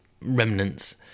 remnants